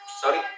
sorry